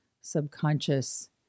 subconscious